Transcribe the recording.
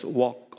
walk